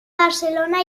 barcelona